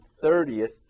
thirtieth